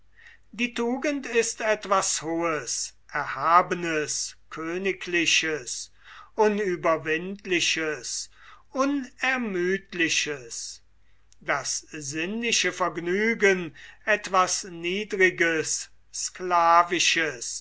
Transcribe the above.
die tugend ist etwas hohes erhabenes königliches unüberwindliches unermüdliches das sinnliche vergnügen etwas niedriges sklavisches